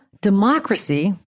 democracy